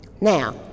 Now